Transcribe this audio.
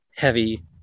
Heavy